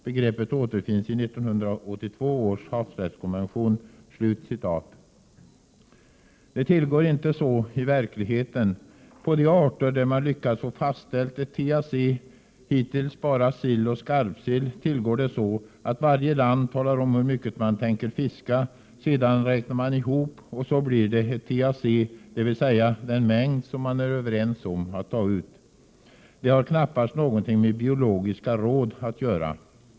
Begreppet återfinns i 1982 års havsrättskonvention.” Det tillgår nu inte så i verkligheten. På de arter där man lyckats få fastställt ett TAC -— hittills bara sill och skarpsill — tillgår det så att varje land talar om hur mycket man tänker fiska. Sedan räknar man ihop och så blir det ett TAC, dvs. den mängd man är överens om att ta ut. Det har knappast någonting med biologiska råd att göra.